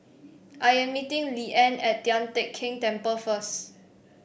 I am meeting Leanne at Tian Teck Keng Temple first